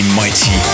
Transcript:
mighty